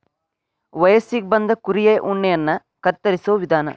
ವಯಸ್ಸಿಗೆ ಬಂದ ಕುರಿಯ ಉಣ್ಣೆಯನ್ನ ಕತ್ತರಿಸುವ ವಿಧಾನ